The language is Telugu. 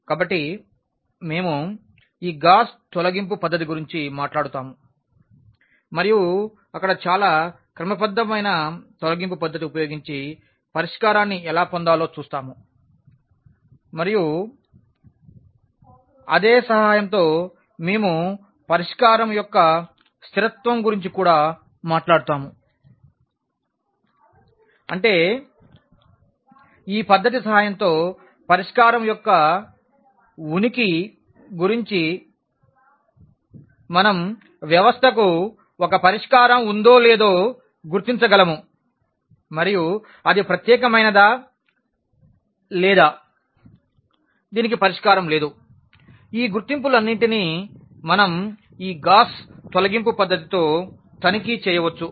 కాబట్టి మేము ఈ గాస్ తొలగింపు పద్ధతి గురించి మాట్లాడుతాము మరియు అక్కడ చాలా క్రమబద్ధమైన తొలగింపు పద్ధతి ఉపయోగించి పరిష్కారాన్ని ఎలా పొందాలో చూస్తాము మరియు దాని సహాయంతో మేము పరిష్కారం యొక్క స్థిరత్వం గురించి కూడా మాట్లాడుతాము అంటే ఈ పద్ధతి సహాయంతో పరిష్కారం యొక్క ఉనికి మరియు ఉనికి గురించి మనం వ్యవస్థకు ఒక పరిష్కారం ఉందో లేదో గుర్తించగలము మరియు అది ప్రత్యేకమైనదా లేదా దీనికి పరిష్కారం లేదు ఈ గుర్తింపులన్నింటినీ మనం ఈ గాస్ తొలగింపు పద్ధతితో తనిఖీ చేయవచ్చు